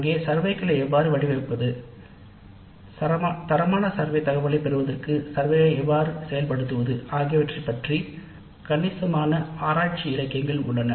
அங்குகணக்கெடுப்புகளை எவ்வாறு வடிவமைப்பது எப்படி செய்வது என்பதில் கணிசமான ஆராய்ச்சி இலக்கியங்கள் உள்ளன